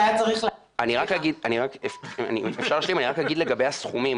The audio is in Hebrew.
--- אני רק אגיד לגבי הסכומים.